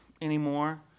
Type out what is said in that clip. anymore